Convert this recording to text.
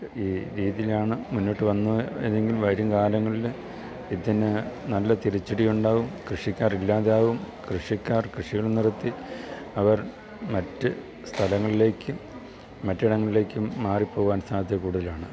ഈ രീതിയിലാണ് മുന്നോട്ടു വന്ന ഏതെങ്കിലും വരും കാലങ്ങളിൽ ഇതിനു നല്ല തിരിച്ചടി ഉണ്ടാകും കൃഷിക്കാർ ഇല്ലാതെയാകും കൃഷിക്കാർ കൃഷികൾ നിർത്തി അവർ മറ്റ് സ്ഥലങ്ങളിലേക്ക് മറ്റിടങ്ങളിലേക്കും മാറിപ്പോകുവാൻ സാധ്യത കൂടുതലാണ്